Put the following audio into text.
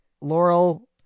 Laurel